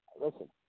Listen